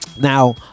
Now